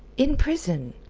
in prison?